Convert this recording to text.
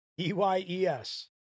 E-Y-E-S